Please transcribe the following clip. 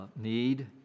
need